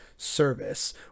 service